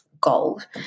gold